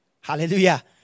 Hallelujah